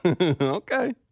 Okay